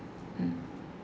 mm